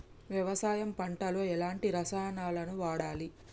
వ్యవసాయం పంట లో ఎలాంటి రసాయనాలను వాడాలి?